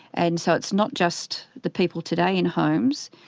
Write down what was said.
and so it's not just the people today in homes,